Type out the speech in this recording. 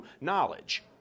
knowledge